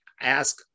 ask